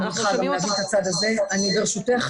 אני מניחה,